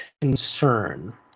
concern